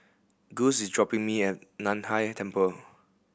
Guss is dropping me at Nan Hai Temple